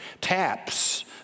Taps